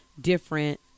different